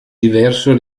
diverso